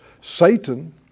Satan